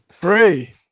Three